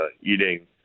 eating –